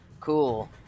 Cool